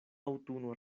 aŭtuno